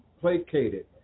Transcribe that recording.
placated